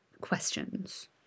questions